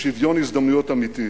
בשוויון הזדמנויות אמיתי.